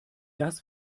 das